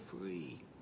free